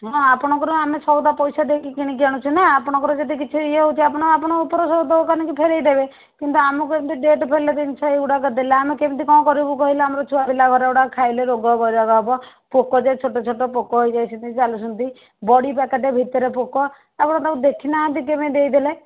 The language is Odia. ହଁ ଆପଣଙ୍କର ଆମେ ସଉଦା ପଇସା ଦେଇକି କିଣିକି ଆଣୁଛୁ ନା ଆପଣଙ୍କର ଯଦି କିଛି ଇଏ ହେଉଛି ଆପଣ ଆପଣ ଉପର ଦୋକାନୀ କି ଫେରେଇ ଦେବେ କିନ୍ତୁ ଆମକୁ ଏମିତି ଡେଟ୍ ଫେଲ୍ ଜିନିଷ ଏଗୁଡ଼ାକ ଦେଲେ ଆମେ କେମିତି କ'ଣ କରିବୁ କହିଲେ ଆମର ଛୁଆପିଲା ଘର ଏଗୁଡ଼ା ଖାଇଲେ ରୋଗ ବୈରାଗ ହେବ ପୋକ ଯେ ଛୋଟ ଛୋଟ ପୋକ ହେଇଯାଇଛନ୍ତି ଚାଲୁଛନ୍ତି ବଡ଼ି ପ୍ୟାକେଟ୍ ଭିତରେ ପୋକ ଆପଣ ତା'କୁ ଦେଖିନାହାନ୍ତି କେମିତି ଦେଇଦେଲେ